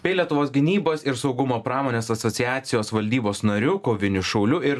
bei lietuvos gynybos ir saugumo pramonės asociacijos valdybos nariu koviniu šauliu ir